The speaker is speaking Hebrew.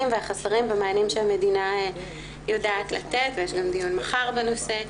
והחוסרים במענים שהמדינה יודעת לתת ויש גם דיון מחר בנושא.